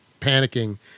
panicking